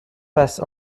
passe